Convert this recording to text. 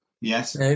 Yes